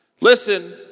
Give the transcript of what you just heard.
Listen